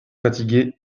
fatiguer